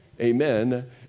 Amen